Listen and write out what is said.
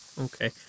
Okay